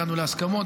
הגענו להסכמות.